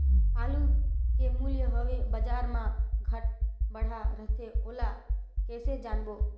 आलू के मूल्य हवे बजार मा घाट बढ़ा रथे ओला कइसे जानबो?